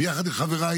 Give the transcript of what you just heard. אנשים מסתכלים ואומרים: